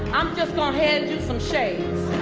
i'm just gonna hand you some shades.